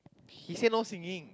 he said no singing